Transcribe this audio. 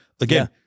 again